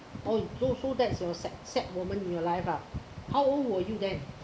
oh so so that's your sad sad moment in your life ah how old were you then